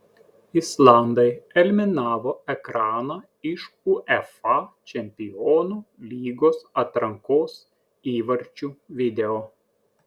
islandai eliminavo ekraną iš uefa čempionų lygos atrankos įvarčių video